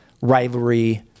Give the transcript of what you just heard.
rivalry